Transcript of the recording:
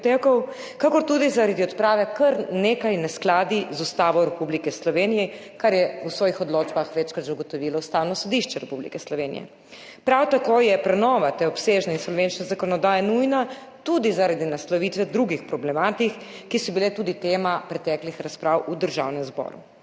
kakor tudi zaradi odprave kar nekaj neskladij z Ustavo Republike Slovenije, kar je v svojih odločbah že večkrat ugotovilo Ustavno sodišče Republike Slovenije. Prav tako je prenova te obsežne insolvenčne zakonodaje nujna zaradi naslovitve drugih problematik, ki so bile tudi tema preteklih razprav v Državnem zboru.